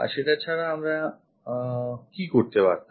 সেটা ছাড়া আমরা কি করতে পারতাম